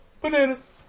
Bananas